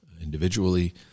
individually